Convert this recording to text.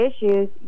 issues